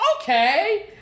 okay